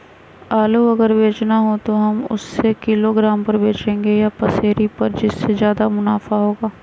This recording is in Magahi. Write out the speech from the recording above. आलू अगर बेचना हो तो हम उससे किलोग्राम पर बचेंगे या पसेरी पर जिससे ज्यादा मुनाफा होगा?